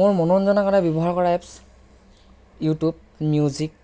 মই মনোৰঞ্জনৰ কাৰণে ব্য়ৱহাৰ কৰা এপচ ইউটিউব মিউজিক